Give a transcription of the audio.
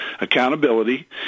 accountability